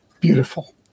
beautiful